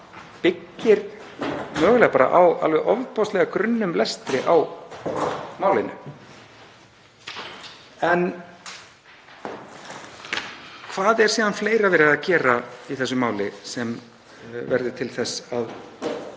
byggir mögulega á alveg ofboðslega grunnum lestri á málinu. Hvað er síðan fleira verið er að gera í þessu máli sem verður til þess að